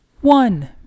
one